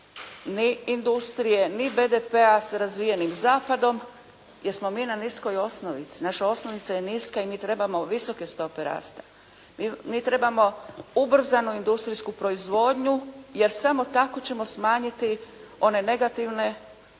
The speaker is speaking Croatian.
ni industrije, ni BDP-a sa razvijenim zapadom jer smo mi na niskoj osnovici, naša osnovica je niska i mi trebamo visoke stope rasta. Mi trebamo ubrzanu industrijsku proizvodnju jer samo tako ćemo smanjiti one negativne